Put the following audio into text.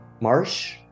Marsh